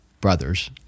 brothers